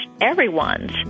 everyone's